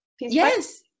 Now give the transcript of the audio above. yes